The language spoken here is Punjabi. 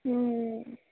ਹਮ